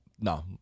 No